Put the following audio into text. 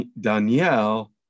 Daniel